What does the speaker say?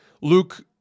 Luke